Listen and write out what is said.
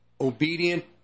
Obedient